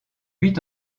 huit